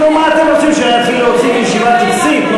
אתם רוצים שאני אוציא מישיבה טקסית?